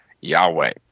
Yahweh